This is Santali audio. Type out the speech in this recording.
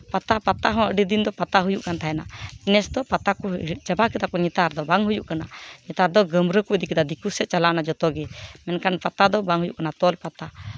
ᱯᱟᱛᱟ ᱯᱟᱛᱟ ᱦᱚᱸ ᱟᱹᱰᱤ ᱫᱤᱱ ᱫᱚ ᱯᱟᱛᱟ ᱦᱩᱭᱩᱜ ᱠᱟᱱ ᱛᱟᱦᱮᱱᱟ ᱱᱮᱥ ᱫᱚ ᱯᱟᱛᱟ ᱠᱚ ᱪᱟᱵᱟ ᱠᱮᱫᱟ ᱠᱚ ᱱᱮᱛᱟᱨ ᱫᱚ ᱵᱟᱝ ᱦᱩᱭᱩᱜ ᱠᱟᱱᱟ ᱱᱮᱛᱟᱨ ᱫᱚ ᱜᱟᱹᱢᱨᱟᱹ ᱠᱚ ᱤᱫᱤ ᱠᱮᱫᱟ ᱫᱤᱠᱩ ᱥᱮᱫ ᱪᱟᱞᱟᱣᱮᱱᱟ ᱡᱚᱛᱚᱜᱮ ᱢᱮᱱᱠᱷᱟᱱ ᱯᱟᱛᱟ ᱫᱚ ᱵᱟᱝ ᱦᱩᱭᱩᱜ ᱠᱟᱱᱟ ᱛᱚᱞ ᱯᱟᱛᱟ